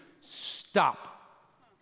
stop